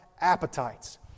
appetites